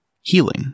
healing